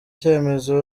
icyemezo